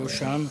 לא שם.